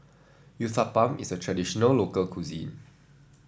uthapam is a traditional local cuisine